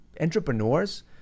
entrepreneurs